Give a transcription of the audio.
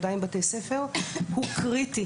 הוא קריטי.